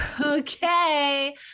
okay